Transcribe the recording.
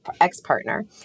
ex-partner